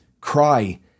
Cry